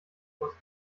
frost